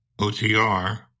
OTR